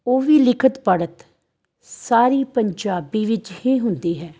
ਉਹ ਵੀ ਲਿਖਤ ਪੜ੍ਹਤ ਸਾਰੀ ਪੰਜਾਬੀ ਵਿੱਚ ਹੀ ਹੁੰਦੀ ਹੈ